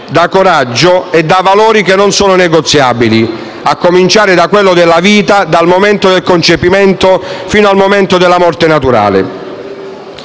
da coraggio e da valori che non sono negoziabili, a cominciare da quello della vita dal momento del concepimento fino al momento della morte naturale.